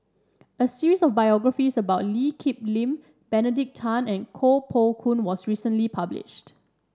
a series of biographies about Lee Kip Lin Benedict Tan and Koh Poh Koon was recently published